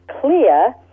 clear